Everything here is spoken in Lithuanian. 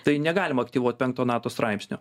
tai negalim aktyvuot penkto nato straipsnio